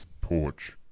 Porch